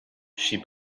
she